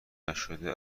نشده